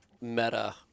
meta